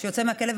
שיוצא מהכלא.